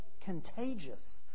contagious